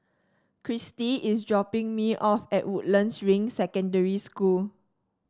Cristi is dropping me off at Woodlands Ring Secondary School